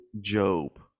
Job